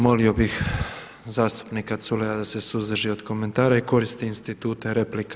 Molio bih zastupnika Culeja da se suzdrži od komentara i koristi institute replika.